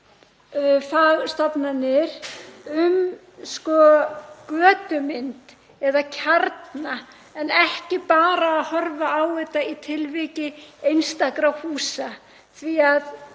fagstofnanir um götumynd eða kjarna en ekki bara horfa á þetta í tilviki einstakra húsa. Það